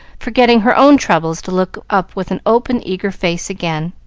forgetting her own troubles to look up with an open, eager face again.